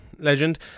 legend